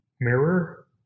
mirror